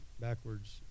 backwards